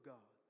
God